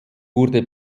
wurde